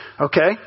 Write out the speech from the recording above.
Okay